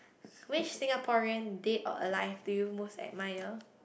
which Singaporean dead or alive do you most admire